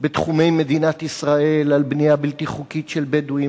בתחומי מדינת ישראל על בנייה בלתי חוקית של בדואים